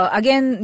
again